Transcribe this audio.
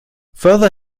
further